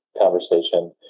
conversation